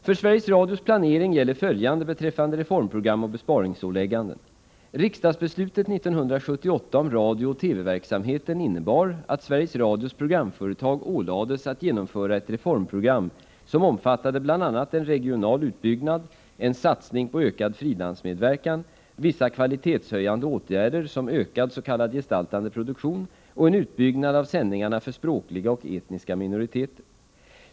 För Sveriges Radios planering gäller följande beträffande reformprogram och besparingsålägganden: Riksdagsbeslutet 1978 om radiooch TV verksamheten innebar att Sveriges Radios programföretag ålades att genomföra ett reformprogram som omfattade bl.a. en regional utbyggnad, en satsning på ökad frilansmedverkan, vissa kvalitetshöjande åtgärder, som ökad s.k. gestaltande produktion och en utbyggnad av sändningarna för språkliga och etniska minoriteter.